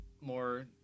more